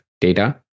data